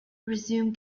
resume